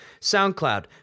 SoundCloud